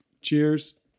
Cheers